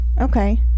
Okay